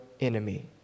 enemy